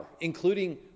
including